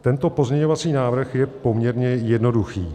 Tento pozměňovací návrh je poměrně jednoduchý.